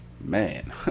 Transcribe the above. man